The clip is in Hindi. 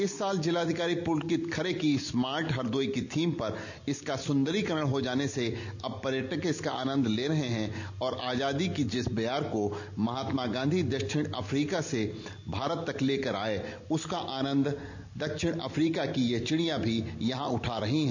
इस साल जिलाधिकारी पुलकित खरे की स्मार्ट हरदोई की थीम पर इसका सुंदरीकरण हो जाने से अब पर्यटक इसका आनन्द ले रहे है और आजादी की जिस बयार को महात्मा गांधी अफ्रीका से भारत तक लेकर आये उसका आनन्द दक्षिण अफ्रीका की ये चिड़िया भी उठा रही है